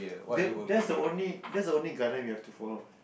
the that's the only that's the only guideline we have to follow